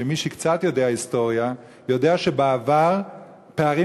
שמי שקצת יודע היסטוריה יודע שבעבר פערים